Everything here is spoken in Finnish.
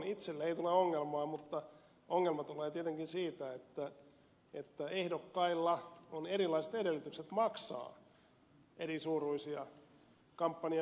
itselle ei tule ongelmaa mutta ongelma tulee tietenkin siitä että ehdokkailla on erilaiset edellytykset maksaa erisuuruisia kampanjamenoja